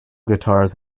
guitars